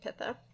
Pitha